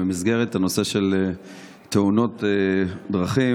במסגרת הנושא של תאונות דרכים,